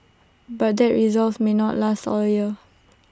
but that resolve may not last all year